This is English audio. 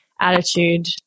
attitude